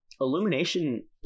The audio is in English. Illumination